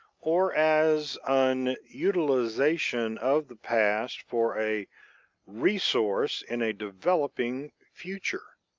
or as an utilization of the past for a resource in a developing future.